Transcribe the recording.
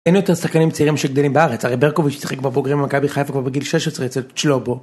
אין יותר שחקנים צעירים שגדלים בארץ, הרי ברקוביץ' ששיחק כבר בוגרים במכבי חיפה כבר בגיל 16 אצל צ'לובו.